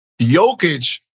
Jokic